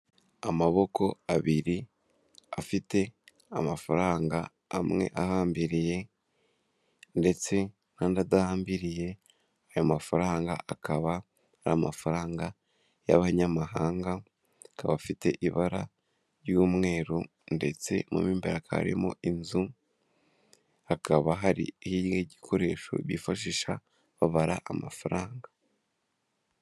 Amaboko abiri afite amafaranga amwe ahambiriye ndetse n'andi adahambiriye, ayo mafaranga akaba ari amafaranga y'abanyamahanga akaba afite ibara ry'umweru ndetse mo imbere hakaba harimo inzu, hakaba hari igikoresho bifashisha babara amafaranga.